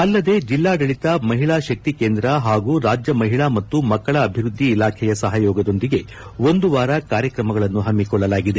ಅಲ್ಲದೆ ಜಿಲ್ಲಾಡಳಿತ ಮಹಿಳಾಶಕ್ತಿ ಕೇಂದ್ರ ಹಾಗೂ ರಾಜ್ಯ ಮಹಿಳಾ ಮತ್ತು ಮಕ್ಕಳ ಅಭಿವೃದ್ಧಿ ಇಲಾಖೆಯ ಸಹಯೋಗದೊಂದಿಗೆ ಒಂದುವಾರ ಕಾರ್ಯಕ್ರಮಗಳನ್ನು ಹಮ್ಮಿಕೊಳ್ಳಲಾಗಿದೆ